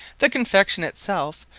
the confection it selfe,